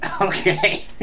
Okay